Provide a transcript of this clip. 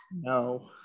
No